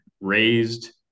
raised